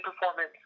performance